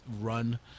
run